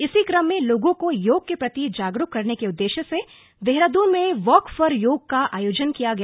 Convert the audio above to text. इसी क्रम में लोगों को योग के प्रति लोगों को जागरुक करने के उद्देश्य से देहरादून में वॉक फॉर योग का आयोजन किया गया